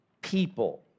people